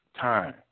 time